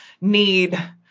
need